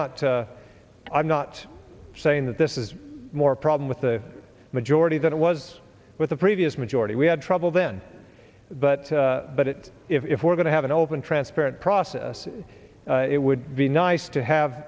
not i'm not saying that this is more a problem with the majority than it was with the previous majority we had trouble then but but if we're going to have an open transparent process it would be nice to have